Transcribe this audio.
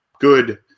good